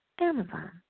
Amazon